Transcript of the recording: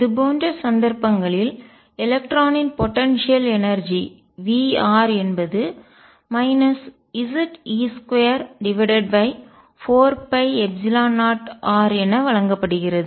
இதுபோன்ற சந்தர்ப்பங்களில் எலக்ட்ரானின் போடன்சியல் எனர்ஜிஆற்றல் V என்பது Ze24π0r என வழங்கப்படுகிறது